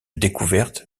découverte